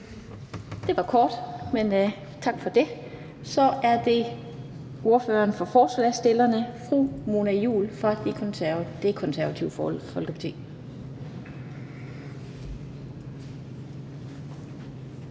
Det var kort, men tak for det. Så er det ordføreren for forslagsstillerne, fru Mona Juul fra Det Konservative Folkeparti.